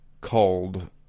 called